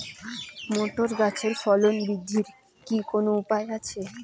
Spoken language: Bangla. মোটর গাছের ফলন বৃদ্ধির কি কোনো উপায় আছে?